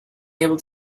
able